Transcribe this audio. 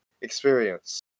experience